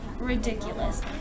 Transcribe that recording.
Ridiculous